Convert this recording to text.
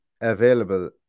available